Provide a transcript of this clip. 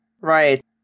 Right